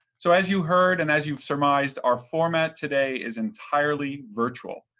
so as you heard, and as you've surmised, our format today is entirely virtual.